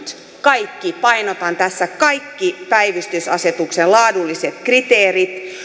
painotan tässä kaikki päivystysasetuksen laadulliset kriteerit